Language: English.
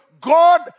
God